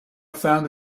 found